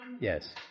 Yes